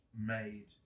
made